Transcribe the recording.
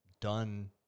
done